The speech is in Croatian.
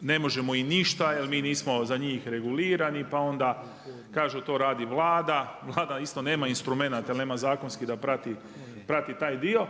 ne možemo im ništa jer mi nismo za njih regulirani pa onda kažu to radi Vlada. Vlada isto nema instrumenata jel nema zakonski da prati taj dio,